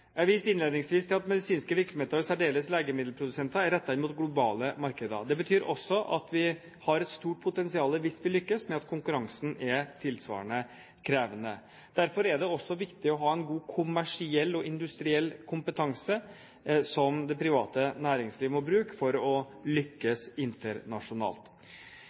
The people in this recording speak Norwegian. Jeg viste innledningsvis til at medisinske virksomheter, og i særdeleshet legemiddelprodusenter, er rettet inn mot globale markeder. Det betyr også at vi har et stort potensial, hvis vi lykkes, men at konkurransen er tilsvarende krevende. Derfor er det også viktig å ha en god kommersiell og industriell kompetanse som det private næringsliv må bruke for å lykkes internasjonalt.